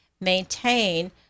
maintain